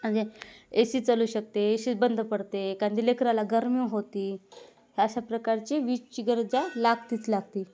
म्हणजे A C चालू शकते ए सीच बंद पडते एखादी लेकराला गरमी होते अशा प्रकारची वीजची गरजा लागतेच लागते